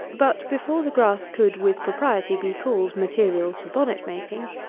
but before the grass could, with propriety, be called materials for bonnet-making,